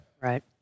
Right